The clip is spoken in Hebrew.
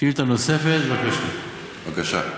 שאילתה נוספת, בבקשה.